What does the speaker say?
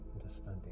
understanding